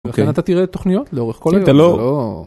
לכן אתה תראה את התוכניות לאורך כל היום.